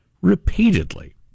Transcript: repeatedly